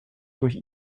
durch